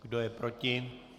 Kdo je proti?